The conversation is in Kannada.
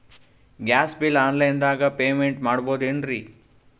ಗ್ಯಾಸ್ ಬಿಲ್ ಆನ್ ಲೈನ್ ದಾಗ ಪೇಮೆಂಟ ಮಾಡಬೋದೇನ್ರಿ?